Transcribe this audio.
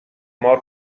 مار